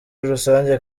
rusange